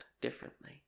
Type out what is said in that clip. differently